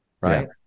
Right